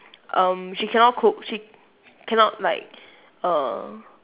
um she cannot cook she cannot like err